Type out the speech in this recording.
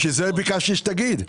בגלל זה ביקשתי שתגיד.